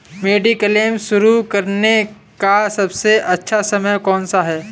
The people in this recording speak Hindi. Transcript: मेडिक्लेम शुरू करने का सबसे अच्छा समय कौनसा है?